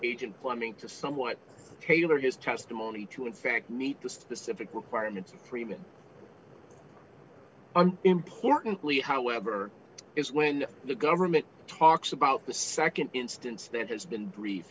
agent plumbing to somewhat tailor his testimony to in fact meet the specific requirements of prima importantly however is when the government talks about the nd instance that has been br